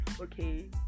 okay